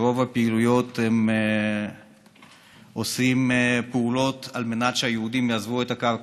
רוב הפעולות נעשות על מנת שהיהודים יעזבו את הקרקע,